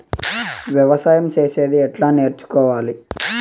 వ్యవసాయం చేసేది ఎట్లా నేర్చుకోవాలి?